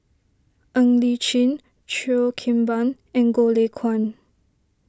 Ng Li Chin Cheo Kim Ban and Goh Lay Kuan